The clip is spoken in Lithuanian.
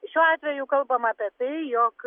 tai šiuo atveju kalbama apie tai jog